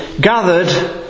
gathered